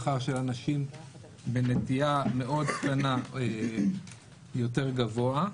השכר של הנשים בנטייה מאוד קטנה יותר גבוה.